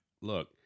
Look